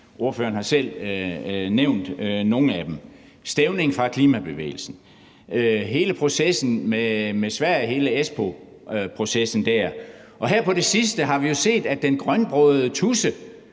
Ordføreren har selv nævnt nogle af dem. Der er en stævning fra Klimabevægelsen, der er hele processen med Sverige, hele Espoo-processen der, og her på det sidste har vi jo set, at den grønbrogede tudse